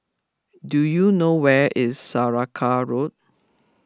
do you know where is Saraca Road